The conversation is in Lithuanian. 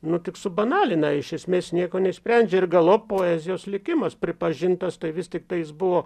nu tik subanalina iš esmės nieko neišsprendžia ir galop poezijos likimas pripažintas tai vis tiktai jis buvo